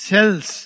Cells